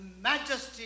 majesty